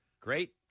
Great